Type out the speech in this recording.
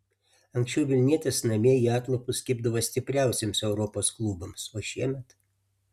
anksčiau vilnietės namie į atlapus kibdavo stipriausiems europos klubams o šiemet